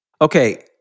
Okay